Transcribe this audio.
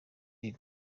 iyi